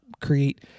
create